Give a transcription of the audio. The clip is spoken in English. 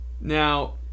Now